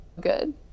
good